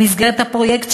במסגרת הפרויקט,